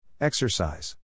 Exercise